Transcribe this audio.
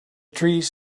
trees